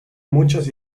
muchas